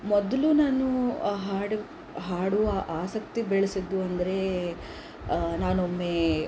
ಮೊದಲು ನಾನು ಆ ಹಾಡು ಹಾಡುವ ಆಸಕ್ತಿ ಬೆಳೆಸಿದ್ದು ಅಂದರೆ ನಾನೊಮ್ಮೆ